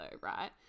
right